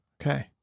Okay